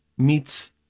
Meets